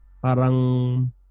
Parang